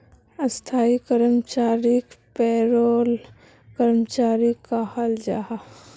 स्थाई कर्मचारीक पेरोल कर्मचारी कहाल जाहा